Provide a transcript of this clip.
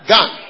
Gun